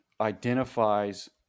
identifies